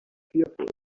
fearful